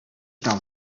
tam